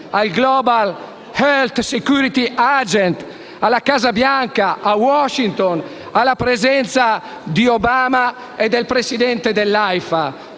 al Global Health Security Agenda alla Casa Bianca, a Washington, alla presenza di Obama e del Presidente dell'Aifa.